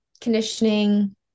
conditioning